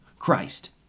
Christ